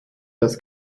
das